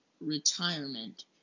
retirement